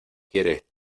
quiere